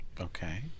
Okay